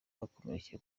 bakomerekeye